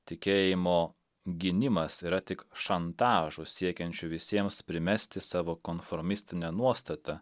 tikėjimo gynimas yra tik šantažo siekiančių visiems primesti savo konformistinę nuostatą